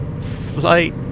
flight